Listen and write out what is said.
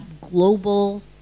global